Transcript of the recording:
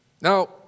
Now